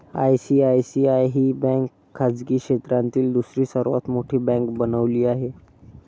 ICICI ही bank खाजगी क्षेत्रातील दुसरी सर्वात मोठी बँक बनली आहे